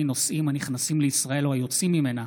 נוסעים הנכנסים לישראל או היוצאים ממנה,